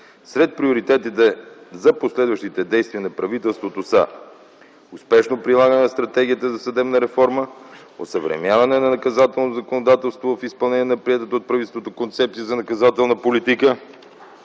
Сред приоритетите за последващите действия на правителството са: успешно прилагане на стратегията за съдебна реформа, осъвременяване на наказателното законодателство в изпълнение на приетата от правителството концепция за наказателна политика,